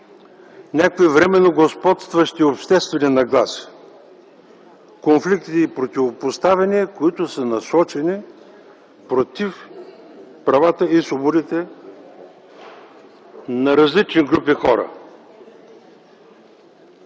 някакви временно господстващи обществени нагласи, конфликти и противопоставяния, които са насочени против правата и свободите на различни групи хора.